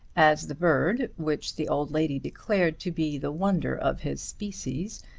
as the bird, which the old lady declared to be the wonder of his species,